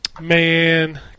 Man